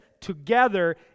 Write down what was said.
together